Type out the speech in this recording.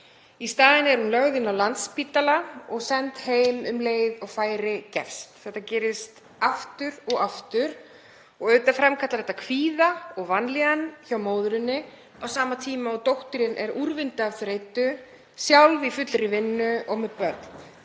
Í staðinn er hún lögð inn á Landspítala og er send heim um leið og færi gefst. Þetta gerist aftur og aftur. Auðvitað framkallar þetta kvíða og vanlíðan hjá móðurinni á sama tíma og dóttirin er úrvinda af þreytu, sjálf í fullri vinnu og með börn.